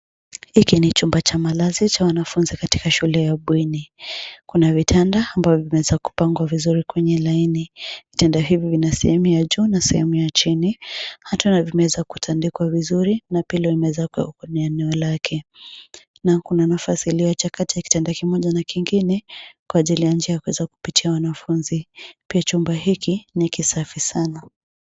Hiki ni chumba cha malazi cha wanafunzi katika shule ya bweni. Kuna vitanda ambavyo vimeweza kupangwa vizuri kwenye laini. Vitanda hivi vina sehemu ya juu na sehemu ya chini, hata na vimeweza kutandikwa vizuri na pillow imeweza kuwekwa kwenye eneo lake. Na kuna nafasi iliyoachwa kati ya kitanda kimoja na kingine, kwa ajili ya njia ya kuweza kupitia wanafunzi. Pia chumba hiki ni kisafi sana.